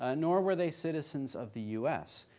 ah nor were they citizens of the u s.